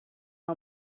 una